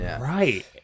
Right